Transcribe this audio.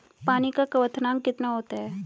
पानी का क्वथनांक कितना होता है?